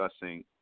discussing